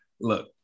Look